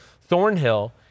Thornhill